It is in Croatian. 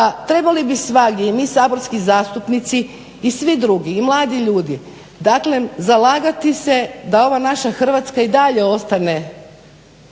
trebali bi svagdje i mi saborski zastupnici i svi drugi i mladi ljudi, daklem zalagati se da ova naša Hrvatska i dalje ostane